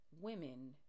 women